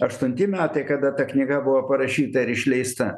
aštunti metai kada ta knyga buvo parašyta ir išleista